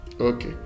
okay